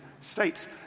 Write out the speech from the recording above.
states